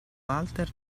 walter